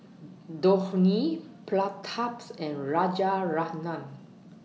Dhoni Prataps and Rajaratnam